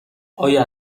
آیا